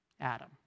Adam